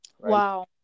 Wow